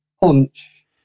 punch